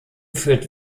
führt